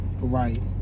Right